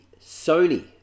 Sony